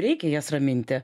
reikia jas raminti